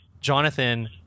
Jonathan